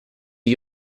gli